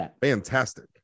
fantastic